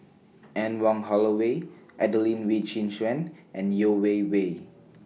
Anne Wong Holloway Adelene Wee Chin Suan and Yeo Wei Wei